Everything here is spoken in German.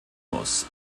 muss